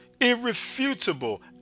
irrefutable